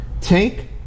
Take